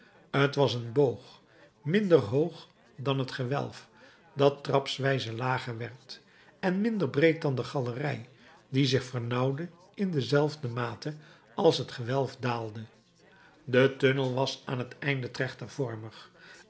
t was een boog minder hoog dan het gewelf dat trapswijze lager werd en minder breed dan de galerij die zich vernauwde in dezelfde mate als het gewelf daalde de tunnel was aan het einde trechtervormig